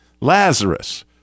lazarus